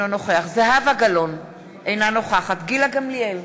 אינו נוכח זהבה גלאון, אינה נוכחת גילה גמליאל,